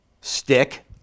stick